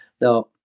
Now